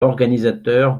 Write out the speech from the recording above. organisateur